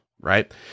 right